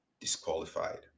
disqualified